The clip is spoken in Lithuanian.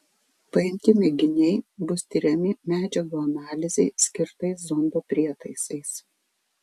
paimti mėginiai bus tiriami medžiagų analizei skirtais zondo prietaisais